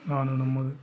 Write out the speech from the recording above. ನಾನು ನಮ್ಮದು